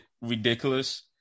ridiculous